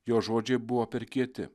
jo žodžiai buvo per kieti